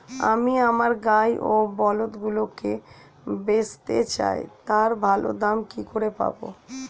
আমি আমার গাই ও বলদগুলিকে বেঁচতে চাই, তার ভালো দাম কি করে পাবো?